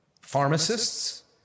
pharmacists